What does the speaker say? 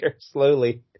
slowly